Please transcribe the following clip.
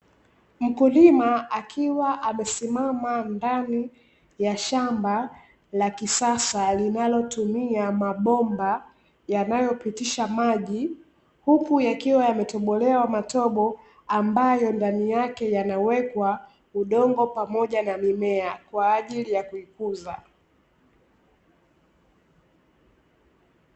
Mkulima akiwa amesimama ndani ya shamba la kisasa linalotumia mabomba yanayopitisha maji, huku yakiwa yametobolewa matobo ambayo ndani yake yanawekwa udongo pamoja na mimea kwa ajili ya kuikuza.